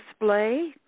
display